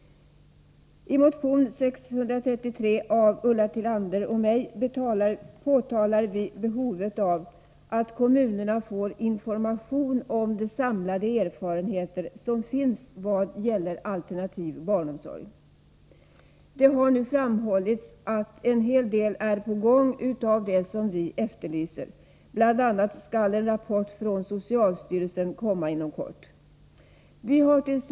I motion 633 påtalar Ulla Tillander och jag behovet av att kommunerna får information om de samlade erfarenheter som finns vad gäller alternativ barnomsorg. Det har nu framhållits att en hel del är på gång av det som vi efterlyser. Bl. a. skall en rapport från socialstyrelsen komma inom kort. Vi hart.